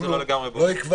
גמור.